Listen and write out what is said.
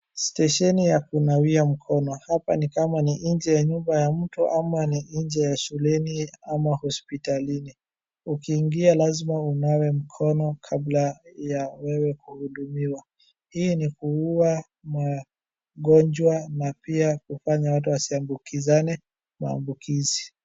Stesheni ya kunawia mkono. Hapa ni kama ni nje ya nyumba ya mtu ama ni nje ya shuleni ama hospitalini. Ukiingia, lazima unawe mkono kabla ya wewe kuhudumiwa. Hii ni kuua magonjwa na pia kufanya watu wasiambukizane maambukizi.